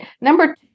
Number